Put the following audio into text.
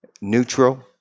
neutral